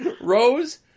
Rose